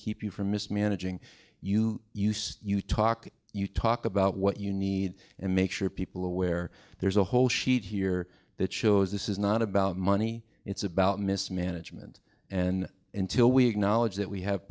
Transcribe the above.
keep you from mismanaging you use you talk you talk about what you need and make sure people are aware there's a whole sheet here that shows this is not about money it's about mismanagement and until we acknowledge that we have